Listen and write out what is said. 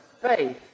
faith